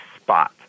spot